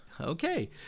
Okay